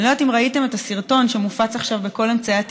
אני לא יודעת אם ראיתם את הסרטון שמופץ עכשיו בכל אמצעי התקשורת.